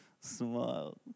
smile